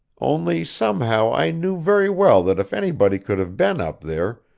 only somehow i knew very well that if anybody could have been up there,